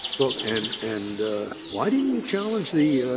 but and and why didn't you challenge the